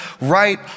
right